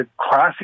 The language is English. classic